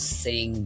sing